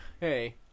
hey